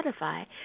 spotify